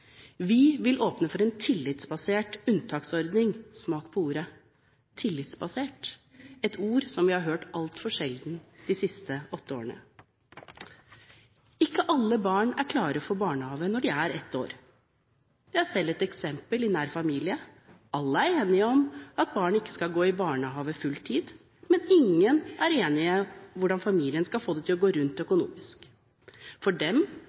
Vi vil åpne for en tillitsbasert unntaksordning. Smak på ordet: Tillitsbasert. Dette er et ord som vi har hørt altfor sjelden de siste åtte årene. Ikke alle barn er klar for barnehage når de er ett år. Jeg har selv et eksempel i nær familie. Alle er enige om at barnet ikke skal gå i barnehagen på fulltid, men ingen er enige om hvordan familien skal få det til å gå rundt økonomisk. For dem